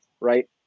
Right